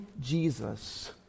Jesus